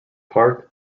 parc